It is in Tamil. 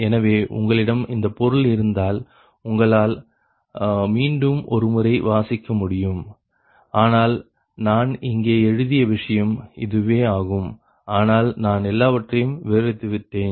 எனவே உங்களிடம் இந்த பொருள் இருந்தால் உங்களால் மீண்டும் ஒருமுறை வாசிக்க முடியும் ஆனால் நான் இங்கே எழுதிய விஷயம் இதுவே ஆகும் ஆனால் நான் எல்லாவற்றையும் விவரித்துவிட்டேன்